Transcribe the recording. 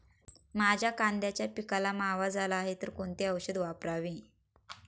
माझ्या कांद्याच्या पिकाला मावा झाला आहे तर कोणते औषध वापरावे?